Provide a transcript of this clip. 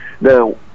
Now